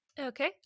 Okay